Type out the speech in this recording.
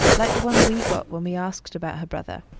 like the one we got when we asked about her brother.